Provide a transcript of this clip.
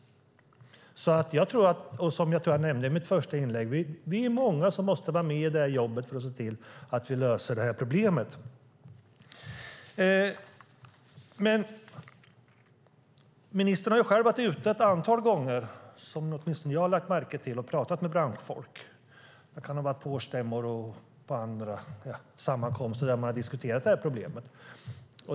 Jag tror att jag nämnde i mitt första inlägg att vi är många som måste vara med i jobbet för att se till att lösa detta problem. Ministern har själv varit ute ett antal gånger som åtminstone jag har lagt märke till och pratat med branschfolk. Det kan ha varit på årsstämmor och på andra sammankomster där man har diskuterat det här problemet.